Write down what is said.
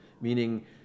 Meaning